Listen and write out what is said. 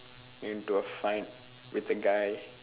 into a fight with the guy